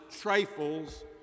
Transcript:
trifles